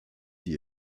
die